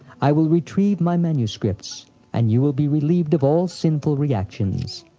i will retrieve my manuscripts and you will be relieved of all sinful reactions.